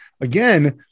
again